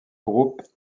groupes